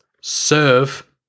serve